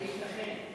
הייתכן?